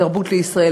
"תרבות לישראל",